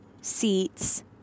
seats